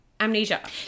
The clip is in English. amnesia